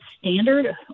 standard